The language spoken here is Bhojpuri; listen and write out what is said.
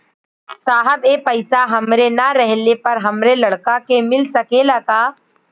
साहब ए पैसा हमरे ना रहले पर हमरे लड़का के मिल सकेला का?